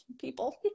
people